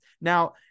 Now